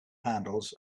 handles